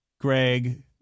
Greg